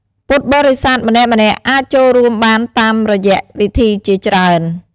ពុទ្ធបរិស័ទម្នាក់ៗអាចចូលរួមបានតាមរយៈវិធីជាច្រើន។